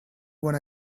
when